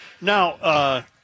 Now